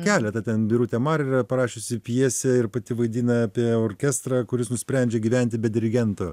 keletą ten birutė mar yra parašiusi pjesę ir pati vaidina apie orkestrą kuris nusprendžia gyventi be dirigento